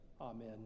Amen